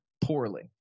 poorly